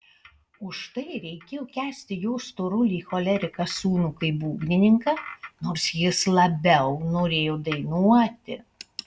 už tai reikėjo kęsti jo storulį choleriką sūnų kaip būgnininką nors jis labiau norėjo dainuoti